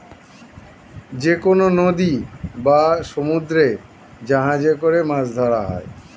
যেকনো নদী বা সমুদ্রে জাহাজে করে মাছ ধরা হয়